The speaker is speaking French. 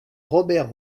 robert